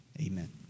Amen